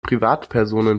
privatpersonen